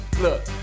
Look